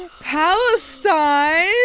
Palestine